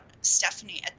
Stephanie